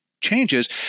changes